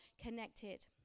connected